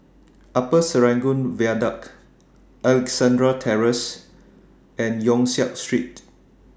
Upper Serangoon Viaduct Alexandra Terrace and Yong Siak Street